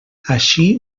així